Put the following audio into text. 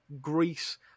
Greece